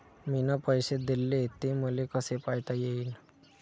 मिन पैसे देले, ते मले कसे पायता येईन?